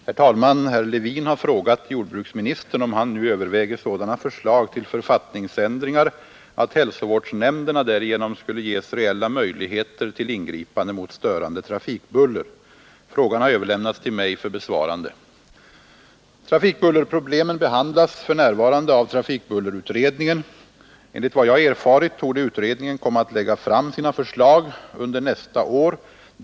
Herr talman! Herr Levin har frågat jordbruksministern om han nu överväger sådana förslag till författningsändringar att hälsovårdsnämnderna därigenom skulle ges reella möjligheter till ingripande mot störande trafikbuller. Frågan har överlämnats till mig för besvarande. Trafikbullerproblemen behandlas för närvarande av trafikbullerut redningen. Enligt vad jag erfarit torde utredningen komma att lägga fram Nr 8 sina förslag under nästa år.